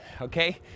okay